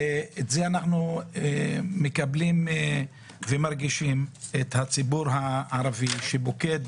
ואת זה אנחנו מקבלים ומרגישים בציבור הערבי, שפוקד